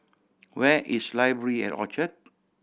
where is Library at Orchard